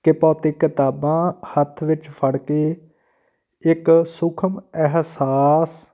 ਕਿ ਭੌਤਿਕ ਕਿਤਾਬਾਂ ਹੱਥ ਵਿੱਚ ਫੜ ਕੇ ਇੱਕ ਸੂਖਮ ਅਹਿਸਾਸ